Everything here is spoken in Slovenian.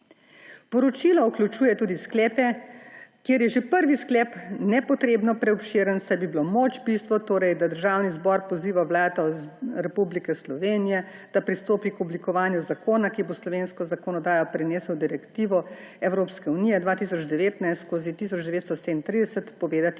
Poročilo vključuje tudi sklepe, kjer je že prvi sklep nepotrebno preobširen, saj bi bilo moč bistvo, da Državni zbor poziva Vlado Republike Slovenije, da pristopi k oblikovanju zakona, ki bo v slovensko zakonodajo prinesel direktivo Evropske unije 2019/1937, povedati